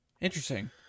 Interesting